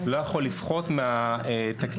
לא יכול לפחות מהתקציב,